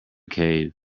cave